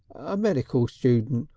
a medical student,